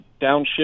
downshift